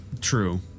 True